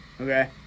Okay